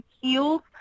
Heels